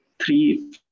three